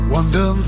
Wonder